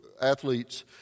athletes